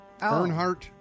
Earnhardt